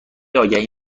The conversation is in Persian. آگهی